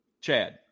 Chad